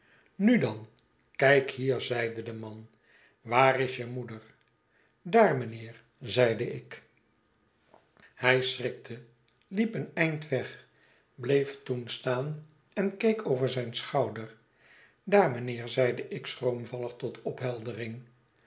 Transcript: nu dan kijk hier zeide de man waar is je moeder daar mijnheer zeide ik hij schrikte liep een eind weg bleef toen staan en keek over zijn schouder daar mijnheer zeide ik schroomvallig tot opheldering